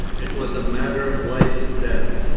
it was a matter of life and death.